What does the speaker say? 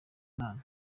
imana